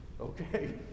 okay